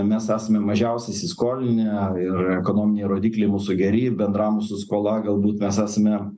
mes esame mažiausiai įsiskolinę ir ekonominiai rodikliai mūsų geri bendra mūsų skola galbūt mes esame